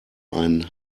einen